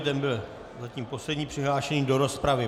Ten byl zatím poslední přihlášený do rozpravy.